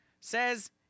says